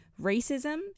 racism